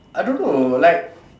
I don't know like